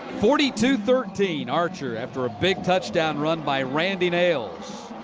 forty two thirteen, archer after a big touchdown run by randy nails.